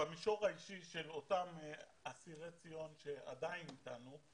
במישור האישי של אותם אסירי ציון שעדיין איתנו,